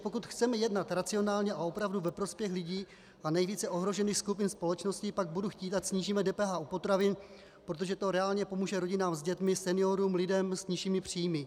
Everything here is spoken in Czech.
Pokud chceme jednat racionálně a opravdu ve prospěch lidí a nejvíce ohrožených skupin společnosti, pak budu chtít, ať snížíme DPH u potravin, protože to reálně pomůže rodinám s dětmi, seniorům, lidem s nižšími příjmy.